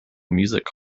music